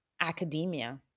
academia